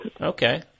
Okay